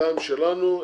גם שלנו.